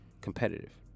competitive